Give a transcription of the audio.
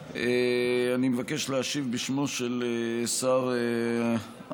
אני מבקש להשיב בשמו של שר העבודה,